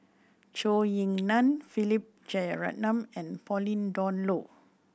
Zhou Ying Nan Philip Jeyaretnam and Pauline Dawn Loh